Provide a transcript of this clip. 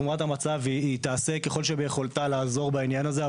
המצב, והיא תעשה ככל שביכולתה לעזור בעניין הזה.